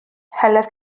heledd